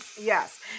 yes